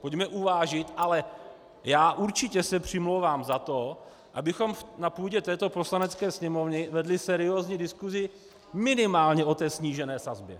Pojďme uvážit ale já určitě se přimlouvám za to, abychom na půdě této Poslanecké sněmovny vedli seriózní diskusi minimálně o té snížené sazbě.